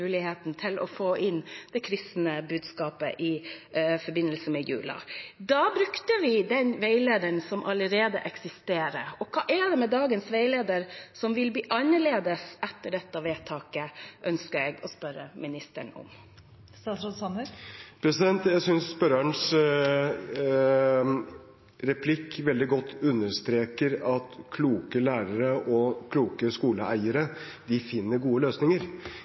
den veilederen som allerede eksisterer. Hva er det med dagens veileder som vil bli annerledes etter dette vedtaket, ønsker jeg å spørre ministeren om. Jeg synes spørrerens replikk veldig godt understreker at kloke lærere og kloke skoleeiere finner gode løsninger.